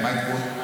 מה העדכון?